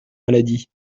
maladie